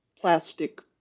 plastic